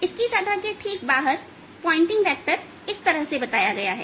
इसलिए सतह के ठीक बाहर पॉइंटिंग वेक्टर इस तरह बताया गया है